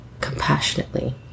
compassionately